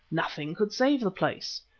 nothing could save the place!